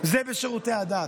שירותי הדת.